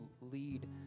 lead